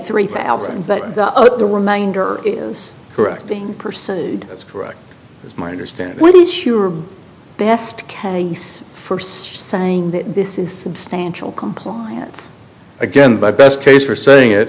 three thousand but the remainder is correct being pursued is correct it's my understanding what is your best case for saying that this is substantial compliance again by best case for saying it